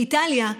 באיטליה,